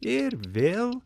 ir vėl